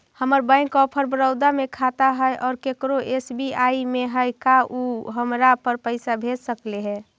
हमर bank of Baroda में खाता है और केकरो एस.बी.आई में है का उ हमरा पर पैसा भेज सकले हे?